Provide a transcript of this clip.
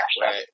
right